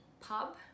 pub